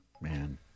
Man